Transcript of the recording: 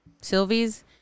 Sylvie's